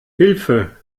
hilfe